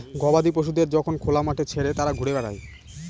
গবাদি পশুদের যখন খোলা মাঠে ছেড়ে তারা ঘুরে বেড়ায়